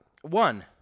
One